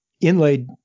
inlaid